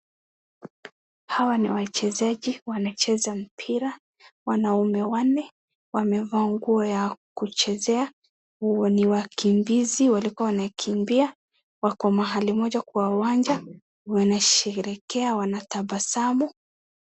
Hawa ni wachezaji wanacheza mpira wanaume wanne wamevaa nguo ya kuchezea ni wakimbizi walikuwa wanakimbia wako mahali moja kwa uwanja wanasherehekea wanatabasamu.